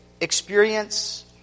experience